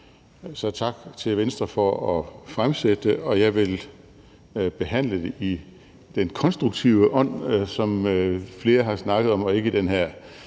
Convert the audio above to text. så tak til Venstre for at fremsætte det. Jeg vil behandle det i den konstruktive ånd, som flere har snakket om, og ikke i den her